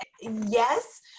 yes